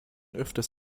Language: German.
öfters